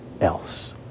else